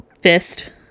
fist